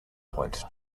point